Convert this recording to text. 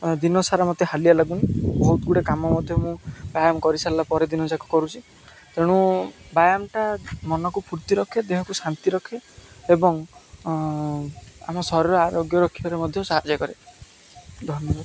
ଦିନ ସାରା ମୋତେ ହାଲିଆ ଲାଗୁନି ବହୁତଗୁଡ଼ିଏ କାମ ମଧ୍ୟ ମୁଁ ବ୍ୟାୟାମ କରିସାରିଲା ପରେ ଦିନଯାକ କରୁଛି ତେଣୁ ବ୍ୟାୟାମଟା ମନକୁ ଫୁର୍ତ୍ତି ରଖେ ଦେହକୁ ଶାନ୍ତି ରଖେ ଏବଂ ଆମ ଶରୀର ଆରୋଗ୍ୟ ରଖିବାରେ ମଧ୍ୟ ସାହାଯ୍ୟ କରେ ଧନ୍ୟବାଦ